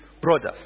brothers